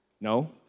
No